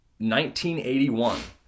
1981